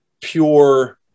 pure